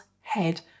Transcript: head